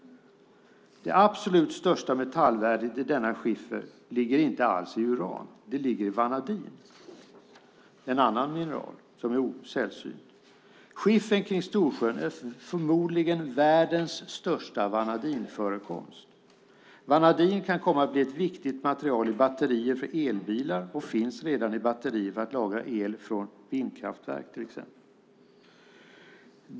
Det absolut största metallvärdet i denna skiffer ligger inte alls i uran, utan det ligger i vanadin som är ett annat mineral som är sällsynt. Skiffern kring Storsjön är förmodligen världens största vanadinförekomst. Vanadin kan komma att bli ett viktigt material i batterier för elbilar och finns redan i batterier för att lagra el från vindkraftverk till exempel.